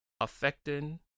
affecting